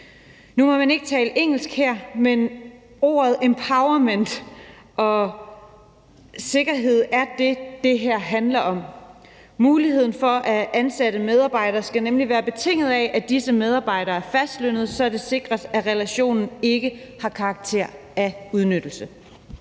Nu må man ikke tale engelsk her, men ordene empowerment og sikkerhed er det, det her handler om. Muligheden for at ansætte medarbejdere skal nemlig være betinget af, at disse medarbejdere er fastlønnede, så det sikres, at relationen ikke har karakter af udnyttelse.